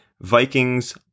Vikings